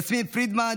יסמין פרידמן,